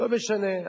ולא משנה,